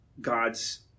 god's